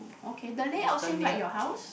okay the layout same like your house